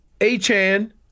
A-Chan